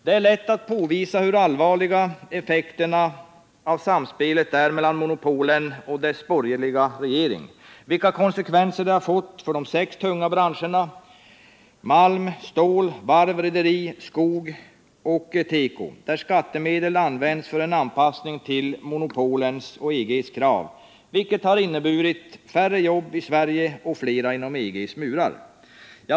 Det är lätt att påvisa hur allvarliga effekterna av samspelet mellan monopolen och deras borgerliga regering är, hur allvarliga konsekvenser det fått för de sex tunga branscherna: malm, stål, varv, rederi, skog och teko, där skattemedel används för en anpassning till monopolens och EG:s krav, vilket inneburit färre jobb i Sverige och fler inom EG:s murar.